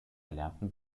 erlernten